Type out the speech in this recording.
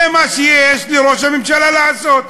זה מה שיש לראש הממשלה לעשות.